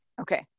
Okay